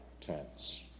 tense